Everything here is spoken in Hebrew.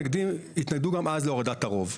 שהתנגדו גם אז להורדת הרוב.